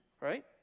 Right